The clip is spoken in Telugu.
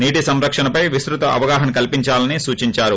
నీటి సంరక్షణపై విస్తుత అవగాహన కల్పించాలని సూచించారు